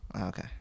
Okay